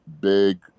Big